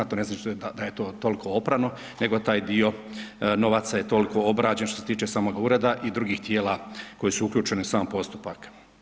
To ne znači da je to toliko oprano, nego taj dio novaca je toliko obrađen što se tiče samog ureda i drugih tijela koji su uključeni u sam postupak.